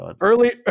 early